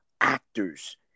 actors